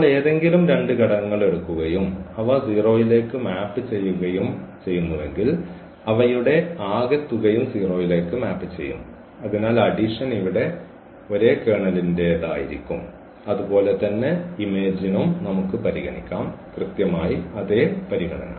നമ്മൾ ഏതെങ്കിലും രണ്ട് ഘടകങ്ങൾ എടുക്കുകയും അവ 0 ലേക്ക് മാപ്പ് ചെയ്യുകയും ചെയ്യുന്നുവെങ്കിൽ അവയുടെ ആകെത്തുകയും 0 ലേക്ക് മാപ്പ് ചെയ്യും അതിനാൽ അഡിഷൻ ഇവിടെ ഒരേ കേർണലിന്റേതായിരിക്കും അതുപോലെ തന്നെ ഇമേജ്നും നമുക്ക് പരിഗണിക്കാം കൃത്യമായി അതേ പരിഗണന